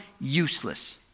useless